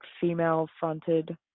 female-fronted